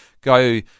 go